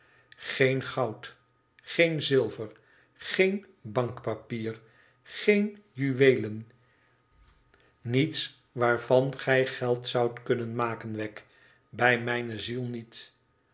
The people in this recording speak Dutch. geen goud geen zilver geen bankpapier geen juweelen niets waarvan gij geld zoudt kunnen maken wegg bij mijne ziel niet